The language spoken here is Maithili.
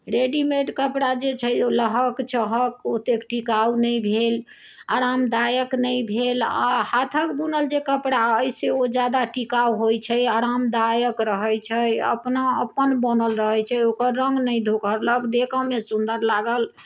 रेडीमेड कपड़ा जे छै ओ लहक चहक ओतेक टिकाउ नहि भेल आरामदायक नहि भेल आ हाथक बुनल जे कपड़ा अइ से ओ जादा टिकाउ होइत छै आरामदायक रहैत छै अपना अपन बनल रहैत छै ओकर रङ्ग नहि धोखरलक देखऽमे सुन्दर लागल